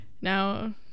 Now